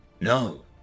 No